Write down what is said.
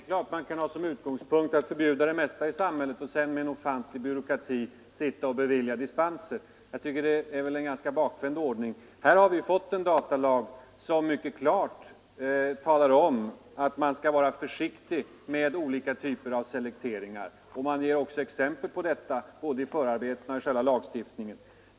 Herr talman! Det är klart att man kan ha som utgångspunkt att förbjuda det mesta i samhället och sedan med en ofantlig byråkratisk apparat bevilja dispenser. Jag tycker att det vore en ganska bakvänd ordning. Här har vi fått en datalag, som mycket klart talar om att man skall vara försiktig med olika typer av selekteringar. Exempel på detta ges både i förarbetena och i själva lagstiftningen.